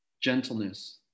gentleness